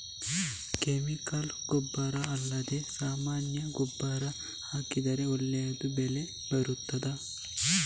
Chemical ಗೊಬ್ಬರ ಅಲ್ಲದೆ ಸಾಮಾನ್ಯ ಗೊಬ್ಬರ ಹಾಕಿದರೆ ಒಳ್ಳೆ ಬೆಳೆ ಬರ್ತದಾ?